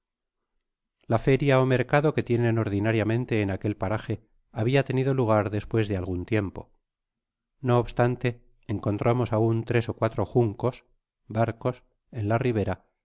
la feria ó mercado que tienen ordinariamente en aquel paraje habia tenido lugar despues de algun tiempo no obstante encontramos aun tres ó cuatro juncos barcos en la ribera